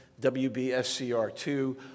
WBSCR2